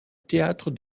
théâtre